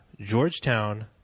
Georgetown